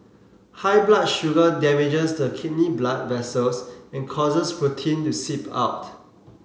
high blood sugar damages the kidney blood vessels and causes protein to seep out